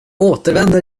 återvänder